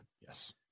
Yes